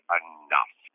enough